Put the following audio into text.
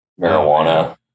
marijuana